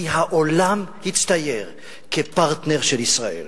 כי העולם הצטייר כפרטנר של ישראל.